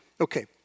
Okay